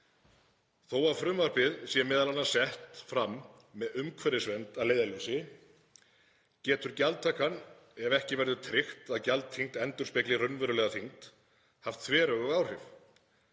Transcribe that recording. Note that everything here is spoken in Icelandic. Þó að frumvarpið sé m.a. sett fram með umhverfisvernd að leiðarljósi getur gjaldtakan, ef ekki verður tryggt að gjaldþyngd endurspegli raunverulega þyngd, haft þveröfug áhrif.